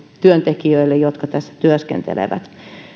työntekijöille jotka siellä työskentelevät